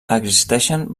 existeixen